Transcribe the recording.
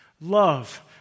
Love